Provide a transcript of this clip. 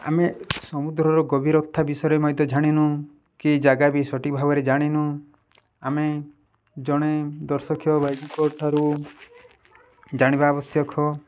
ଆମେ ସମୁଦ୍ରର ଗଭୀରତା ବିଷୟରେ ମଧ୍ୟ ଜାଣିନୁ କି ଜାଗା ବି ସଠିକ୍ ଭାବରେ ଜାଣିନୁ ଆମେ ଜଣେ ଦର୍ଶକ ଭାଇଙ୍କଠାରୁ ଜାଣିବା ଆବଶ୍ୟକ